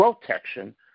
protection